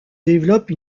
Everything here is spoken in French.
développe